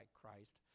Christ